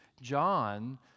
John